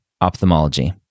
ophthalmology